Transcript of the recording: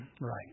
Right